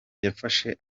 yafashe